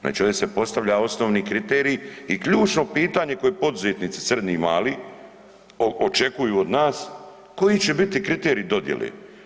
Znači ovdje se postavlja osnovni kriteriji i ključno pitanje koje poduzetnici srednji i mali očekuju od nas, koji će biti kriteriji dodijele?